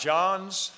John's